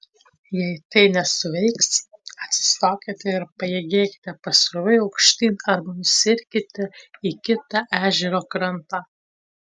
jei tai nesuveiks atsistokite ir paėjėkite pasroviui aukštyn arba nusiirkite į kitą ežero krantą